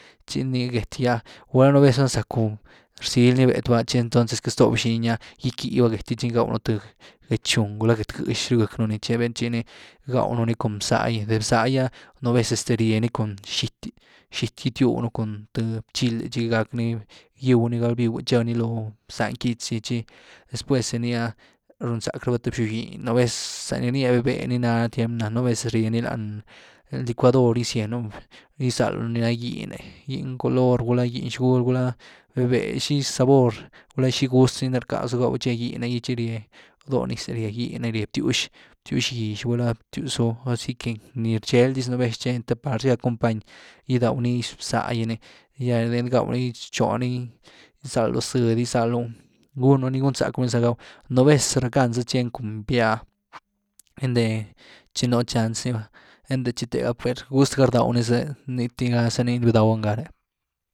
Tchini get gy ah, gulá nú vez vëlna za rzacku, rzily ni bée’tw ah tchi entonces gastó bxiny ah, gyckí ba gét gy tchi gydawnëe th gét xung, gulá gét gëex ryw-gëcky nuni, tchi ni gydaw nunni cun bzá gy, de bzá gy’ah nú vez este nieeny cun xity, xity’gy gitywgnu cun th btchil’y, tchi gáck ni, gíwny gack ni býw’e tche ni loo bzá quitz gy, tchi después de ní ah, riunzack rabá th xob-giny a vez, za ni rnya véh-véh ni ná tiem ná nú vez ryeni lany, lany licuador gyziennyun, gyzaldu ra giny, giny color, gulá giny xgúldy, véh-véh xi sabor, gulá xi gust gy rcazu gaw tche giny’e gy tchi rye doo niz, rye giny, rye btywx, btywx gýx, gulá btywx- zuu, ahora sí que nii rcheld nis nú vez cheny te par zy gack company gydaw nix bzá ginii, gya de ni gaw ni, rchooni gyzaldu zëdy, gyzaldu, guunu ni gunzacku ni za gáaw, nú vez rackanza tcheny cun býah, einty txhi nú chanc’e ni va, einty tchi tegá ah per gust gá rdaw nii zëh, niity gá zani bdawaá ngah’re.